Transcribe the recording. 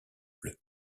bleue